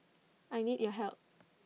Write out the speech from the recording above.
I need your help